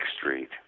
Street